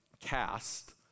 Cast